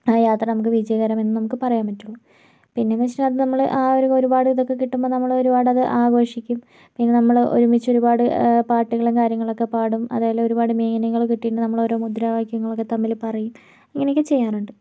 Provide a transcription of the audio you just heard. ആ യാത്ര നമുക്ക് വിജയകരമെന്നും നമുക്ക് പറയാൻ പറ്റുള്ളു പിന്നെന്ന് വെച്ചാൽ അത് നമ്മള് ആ ഒരു ഒരുപാട് ഇതൊക്കെ കിട്ടുമ്പം നമ്മള് ഒരുപാട് അത് ആഘോഷിക്കും പിന്നെ നമ്മള് ഒരുമിച്ച് ഒരുപാട് പാട്ടുകളും കാര്യങ്ങളൊക്കെ പാടും അതേപോലെ ഒരുപാട് മീനുകള് കിട്ടിയിട്ടുണ്ടെങ്കിൽ നമ്മളോരോ മുദ്രാവാക്യങ്ങളൊക്കെ തമ്മില് പറയും ഇങ്ങനെയൊക്കെ ചെയ്യാറുണ്ട്